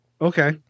Okay